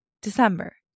december